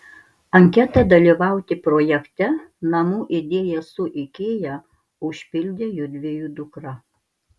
anketą dalyvauti projekte namų idėja su ikea užpildė judviejų dukra